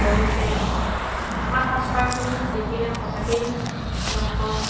তেওঁলোকে আমাৰ সাজপাৰখিনি দেখিলে সঁচাকেই তেওঁলোকৰ